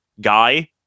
guy